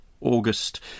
august